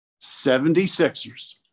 76ers